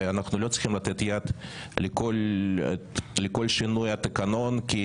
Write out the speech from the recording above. ואנחנו לא צריכים לתת יד לכל שינוי בתקנון רק כי